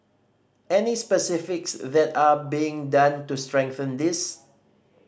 any specifics that are being done to strengthen this